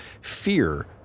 fear